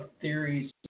theories